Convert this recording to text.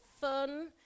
fun